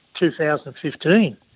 2015